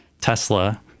Tesla